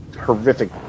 horrific